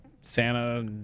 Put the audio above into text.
Santa